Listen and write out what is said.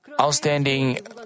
outstanding